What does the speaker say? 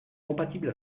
compatible